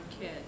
kid